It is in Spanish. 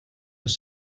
los